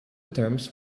terms